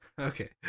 Okay